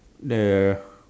the